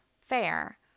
Fair